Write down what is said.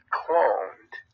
cloned